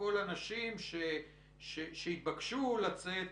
קודם כל על חקירה אפידמיולוגית יש מה לערער.